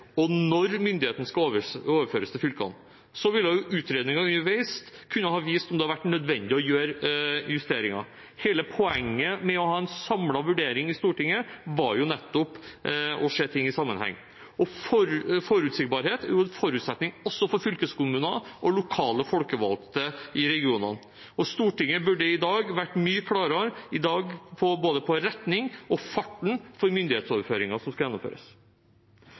og når myndigheten skal overføres til fylkene. Så ville utredninger underveis kunne ha vist om det hadde vært nødvendig å gjøre justeringer. Hele poenget med å ha en samlet vurdering i Stortinget var nettopp å se ting i sammenheng, og forutsigbarhet er en forutsetning også for fylkeskommunene og lokale folkevalgte i regionene. Stortinget burde i dag vært mye klarere på både retning og farten på myndighetsoverføringen som skal gjennomføres.